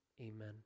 amen